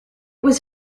was